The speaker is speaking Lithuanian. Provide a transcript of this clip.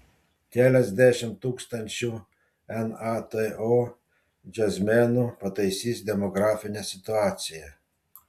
keliasdešimt tūkstančių nato džiazmenų pataisys demografinę situaciją